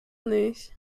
nicht